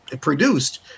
produced